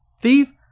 thief